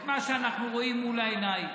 מה שאנחנו רואים מול העיניים,